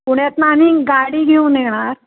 पुण्यातनं आम्ही गाडी घेऊन येणार